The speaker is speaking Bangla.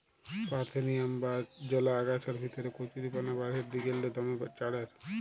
পার্থেনিয়াম বা জলা আগাছার ভিতরে কচুরিপানা বাঢ়্যের দিগেল্লে দমে চাঁড়ের